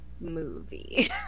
movie